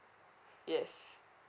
yes